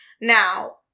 Now